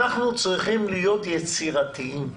אנחנו צריכים להיות יצירתיים.